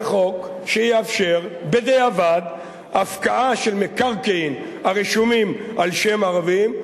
זה חוק שיאפשר בדיעבד הפקעה של מקרקעין הרשומים על שם ערבים,